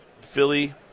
Philly